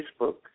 Facebook